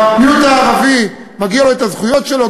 המיעוט הערבי מגיעות לו הזכויות שלו,